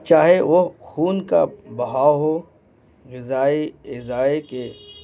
چاہے وہ خون کا بہاؤ ہو غذائی اذائی کے